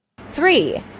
Three